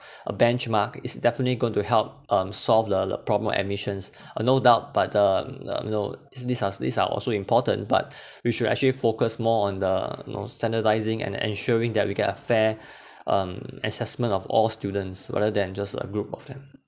a benchmark is definitely going to help um solve the the problem admissions uh no doubt but uh mm you know is these are these are also important but you should actually focus more on the you know standardising and ensuring that we get a fair um assessment of all students rather than just a group of them